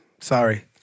Sorry